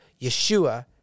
Yeshua